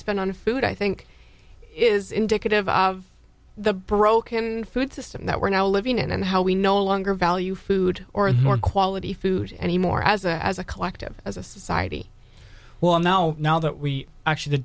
spend on food i think is indicative of the broken food system that we're now living in and how we no longer value food or more quality food anymore as a as a collective as a society well now now that we actually the